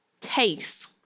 taste